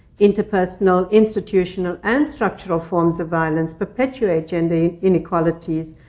interpersonal, institutional, and structural forms of violence perpetuate gender inequalities,